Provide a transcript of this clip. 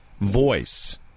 voice